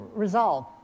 resolve